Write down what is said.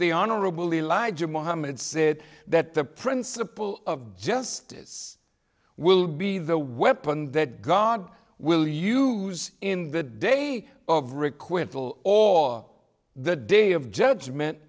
the honorable elijah muhammad said that the principle of justice will be the weapon that god will use in the day of requip will all the day of judgment